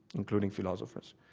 including philosophers,